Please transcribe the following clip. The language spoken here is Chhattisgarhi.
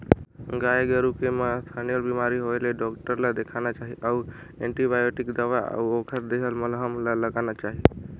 गाय गोरु के म थनैल बेमारी होय ले डॉक्टर ल देखाना चाही अउ एंटीबायोटिक दवा अउ ओखर देहल मलहम ल लगाना चाही